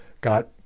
got